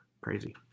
crazy